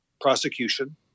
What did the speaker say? prosecution